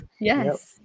Yes